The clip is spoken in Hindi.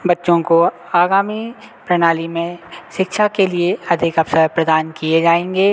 बच्चों को आगामी प्रणाली में शिक्षा के लिए अधिक अवसर प्रदान किए जाएँगे